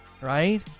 Right